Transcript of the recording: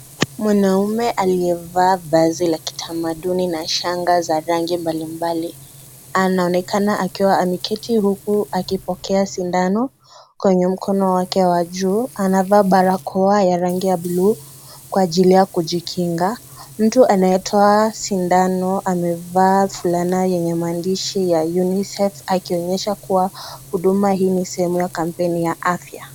Mwanamume aliyevaa vazi la kitamaduni na shanga za rangi mbalimbali, anaonekana akiwa ameketi huku akipokea sindano kwenye mkono wake wa juu. Anavaa barakoa ya rangi ya bluu kwa ajili ya kujikinga. Mtu anayetoa sindano amevaa fulana yenye maandishi ya "Unisex", Akionyesha kuwa huduma hii ni sehemu ya kampeni ya afya.